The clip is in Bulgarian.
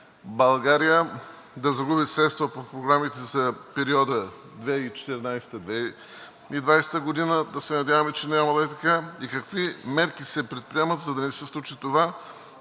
България да загуби средства по програмите за периода 2014 – 2020 г. – да се надяваме, че няма да е така? Какви мерки се предприемат, за да не се случи това?